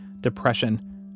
depression